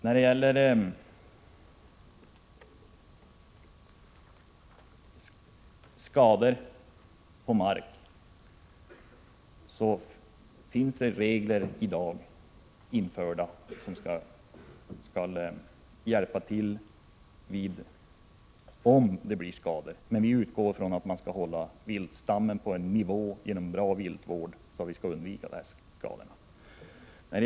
När det gäller skador på mark vill jag säga till Anna Wohlin-Andersson att det finns regler om hjälp när det blir skador. Jag utgår från att viltstammen genom en bra viltvård hålls på en sådan nivå att skadorna undviks.